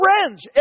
friends